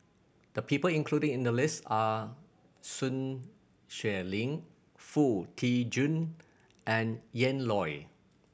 the people included in the list are Sun Xueling Foo Tee Jun and Ian Loy